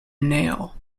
nail